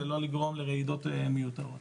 ולא לגרום לרעידות מיותרות.